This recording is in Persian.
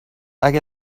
اگه